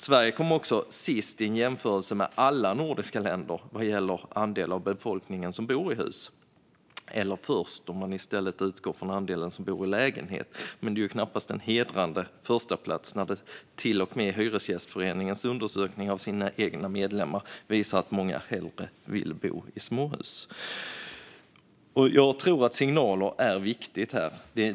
Sverige kommer också sist i en jämförelse med alla nordiska länder vad gäller den andel av befolkningen som bor i hus, och först om man i stället utgår från den andel som bor i lägenhet. Men det är knappast en hedrande förstaplats när till och med Hyresgästföreningens undersökning av de egna medlemmarna visar att många hellre vill bo i småhus. Jag tror att signaler är viktiga här.